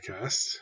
podcast